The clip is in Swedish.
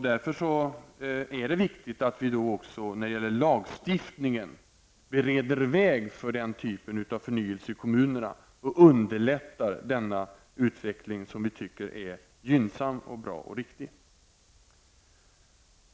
Därför är det viktigt att vi också när det gäller lagstiftningen bereder väg för den typen av förnyelse i kommunerna och underlättar en utveckling som vi tycker är gynnsam och riktig.